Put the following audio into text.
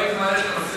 לא הייתי מעלה את הנושא.